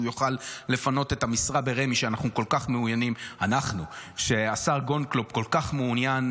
יוכל לפנות את המשרה ברמ"י שהשר גולדקנופ כל כך מעוניין